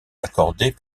accordée